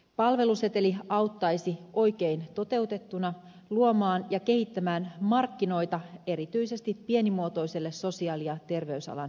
palvelusetelimalli auttaisi oikein toteutettuna luomaan ja kehittämään markkinoita erityisesti pienimuotoiselle sosiaali ja terveysalan yritystoiminnalle